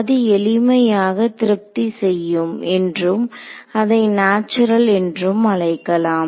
அது எளிமையாக திருப்தி செய்யும் என்றும் அதை நாச்சுரல் என்றும் அழைக்கலாம்